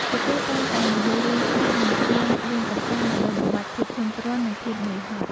ពួកគេតែងតែនិយាយលេងសើចនិងច្រៀងលេងកម្សាន្តដើម្បីបំបាត់ភាពធុញទ្រាន់និងភាពនឿយហត់។